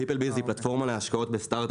שמפוקחת על ידי רשות ניירות ערך,